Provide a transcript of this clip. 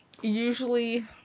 usually